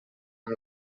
amb